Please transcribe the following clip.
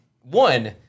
one